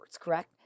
correct